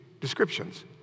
descriptions